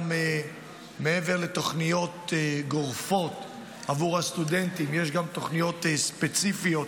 מעבר לתוכניות גורפות עבור הסטודנטים יש גם תוכניות ספציפיות